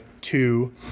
two